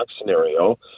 scenario